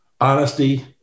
honesty